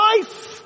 life